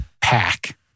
pack